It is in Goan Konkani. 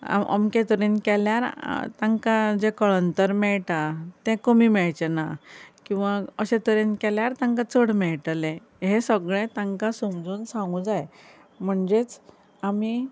हांव अमके तरेन केल्यार तांकां जे कळंतर मेळटा तें कमी मेळचें ना किंवा अशे तरेन केल्यार तांकां चड मेळटलें हें सगळें तांकां समजून सांगूं जाय म्हणजेच आमी